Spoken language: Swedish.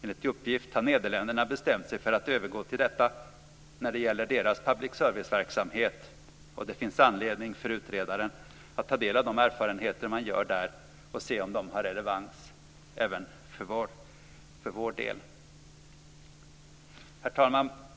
Enligt uppgift har Nederländerna bestämt sig för att övergå till skattefinansiering av public service-verksamheten. Det finns anledning för utredaren att ta del av de erfarenheter man gör där och se om de har relevans även för vår del. Herr talman!